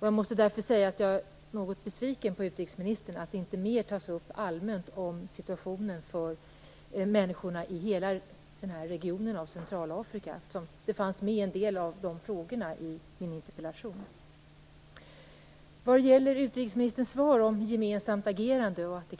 Jag måste därför säga att jag är något besviken över att utrikesministern inte mer tar upp situationen allmänt för människorna i hela den här regionen i Centralafrika. En del av de frågorna fanns med i min interpellation. Jag instämmer naturligtvis i utrikesministerns svar vad gäller gemensamt agerande och att